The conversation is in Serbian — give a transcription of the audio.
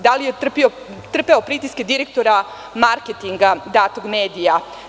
Da li je trpeo pritiske direktora marketinga datog medija?